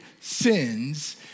sins